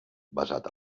basat